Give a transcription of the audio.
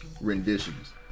renditions